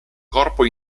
corpo